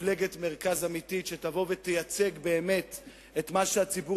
מפלגת מרכז אמיתית שתבוא ותייצג באמת את מה שהציבור